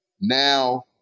Now